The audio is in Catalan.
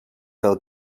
del